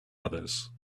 others